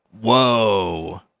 Whoa